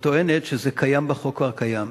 וטוענת שזה קיים בחוק הקיים,